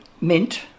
Mint